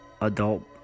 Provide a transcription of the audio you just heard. adult